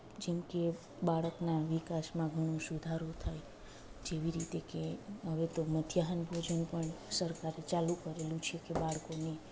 જેમકે બાળકના વિકાસમાં ઘણો સુધારો થાય જેવી રીતે કે હવે તો મધ્યાહન ભોજન પણ સરકારે ચાલુ કરેલું છે કે બાળકોની